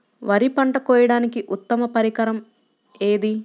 వరి పంట కోయడానికి ఉత్తమ పరికరం ఏది?